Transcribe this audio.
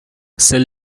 sell